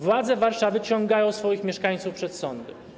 Władze Warszawy ciągają swoich mieszkańców przed sądy.